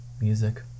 music